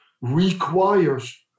requires